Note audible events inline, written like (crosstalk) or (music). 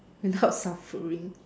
without (laughs) suffering